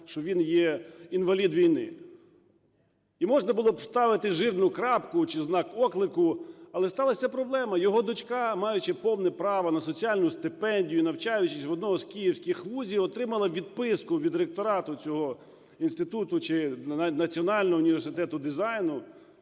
що він є інвалід війни, і можна було б ставити жирну крапку чи знак оклику. Але сталася проблема: його дочка, маючи повне право на соціальну стипендію, навчаючись в одному з київських вузів, отримала відписку від ректорату цього інституту, чи Національного університету дизайну,